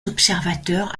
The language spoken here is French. observateurs